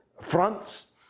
fronts